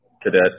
cadet